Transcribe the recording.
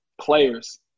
players